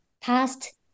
past